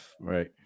right